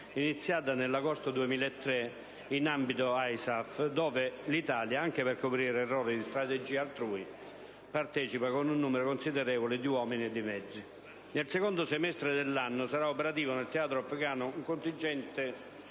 iniziata nell'agosto 2003 in ambito ISAF, dove l'Italia, anche per coprire errori di strategia altrui, partecipa con un numero considerevole di uomini e di mezzi. Nel secondo semestre dell'anno sarà operativo nel teatro afgano un contingente